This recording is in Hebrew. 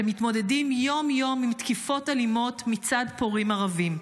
שמתמודדים יום-יום עם תקיפות אלימות מצד פורעים ערבים.